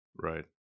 Right